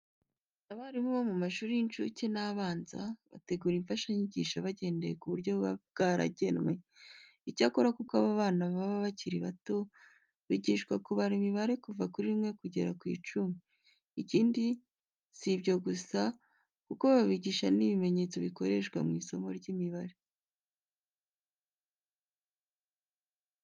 Abarimu bo mu mashuri y'incuke n'abanza, bategura imfashanyigisho bagendeye ku buryo buba byaragenwe. Icyakora kuko aba bana baba bakiri bato bigishwa kubara imibare kuva kuri rimwe kugera ku icumi. Ikindi, si ibyo gusa kuko babigisha n'ibimenyetso bikoreshwa mu isomo ry'imibare.